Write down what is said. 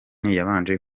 yabanje